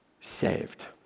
Saved